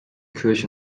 kirche